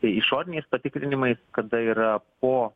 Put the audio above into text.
išoriniais patikrinimais kada yra po